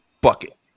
Bucket